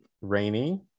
Rainy